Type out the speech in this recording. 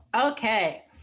Okay